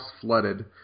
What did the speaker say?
flooded